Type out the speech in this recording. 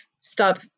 stop